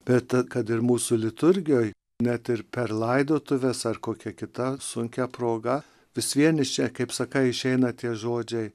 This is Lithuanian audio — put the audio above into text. bet kad ir mūsų liturgijoje net ir per laidotuves ar kokia kita sunkia proga vis vien iš čia kaip sakai išeina tie žodžiai